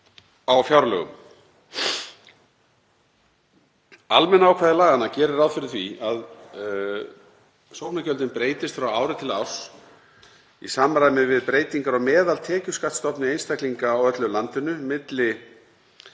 á fjárlögum. Almenna ákvæði laganna gerir ráð fyrir því að sóknargjöldin breytist frá ári til árs í samræmi við breytingar á meðaltekjuskattsstofni einstaklinga á öllu landinu milli